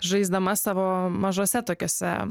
žaisdama savo mažose tokiose